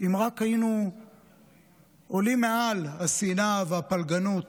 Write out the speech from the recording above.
אם רק היינו עולים מעל השנאה והפלגנות